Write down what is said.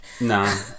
no